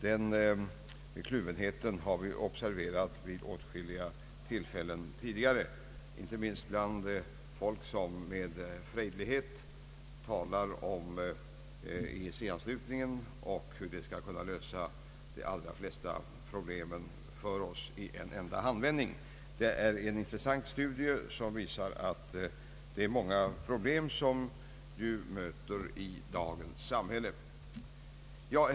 Den kluvenheten har vi observerat vid åtskilliga tillfällen tidigare, inte minst bland folk som med frejdighet talar om EEC-anslutningen och hur den skall kunna lösa de ailra flesta problemen för oss i en handvändning. Det är en intressant studie, som visar att många problem möter i dagens samhälle.